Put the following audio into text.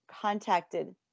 contacted